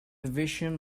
vision